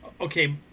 okay